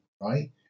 right